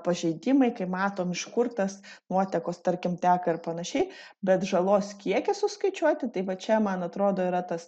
pažeidimai kai matom iš kur tas nuotekos tarkim teka ir panašiai bet žalos kiekį suskaičiuoti tai va čia man atrodo yra tas